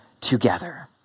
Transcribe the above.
together